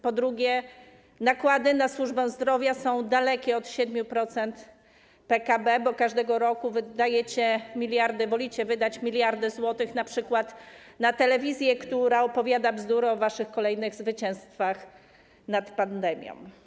Po drugie, nakłady na służbę zdrowia są dalekie od 7% PKB, bo każdego roku wolicie wydawać miliardy złotych np. na telewizje, która opowiada bzdury o waszych kolejnych zwycięstwach nad pandemią.